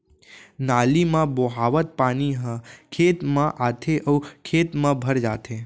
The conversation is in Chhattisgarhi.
नाली म बोहावत पानी ह खेत म आथे अउ खेत म भर जाथे